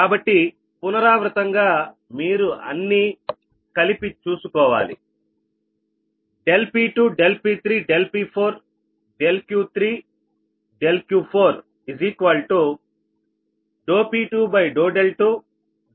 కాబట్టి పునరావృతం గా మీరు అన్ని కలిపి చూసుకోవాలి